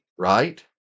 right